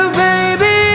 baby